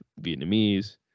Vietnamese